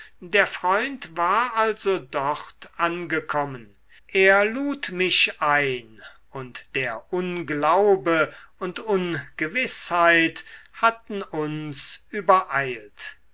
der freund war also dort angekommen er lud mich ein und der unglaube und ungewißheit hatten uns übereilt